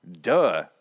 Duh